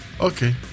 Okay